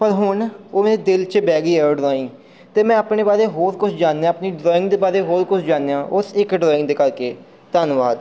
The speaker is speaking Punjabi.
ਪਰ ਹੁਣ ਉਹ ਮੇਰੇ ਦਿਲ 'ਚ ਬਹਿ ਗਈ ਉਹ ਡਰਾਇੰਗ ਅਤੇ ਮੈਂ ਆਪਣੇ ਬਾਰੇ ਹੋਰ ਕੁਛ ਜਾਣਿਆ ਆਪਣੀ ਡਿਜ਼ਾਇੰਗ ਦੇ ਬਾਰੇ ਹੋਰ ਕੁਛ ਜਾਣਿਆ ਉਸ ਇੱਕ ਡਰਾਇੰਗ ਦੇ ਕਰਕੇ ਧੰਨਵਾਦ